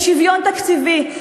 בשוויון תקציבי,